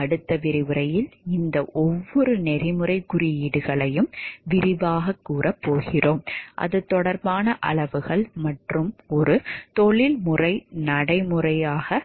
அடுத்த விரிவுரையில் இந்த ஒவ்வொரு நெறிமுறைக் குறியீடுகளையும் விரிவாகக் கூறப் போகிறோம் அது தொடர்பான அளவுகள் மற்றும் ஒரு தொழில்முறை நடைமுறையாக